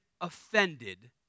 offended